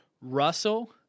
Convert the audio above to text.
Russell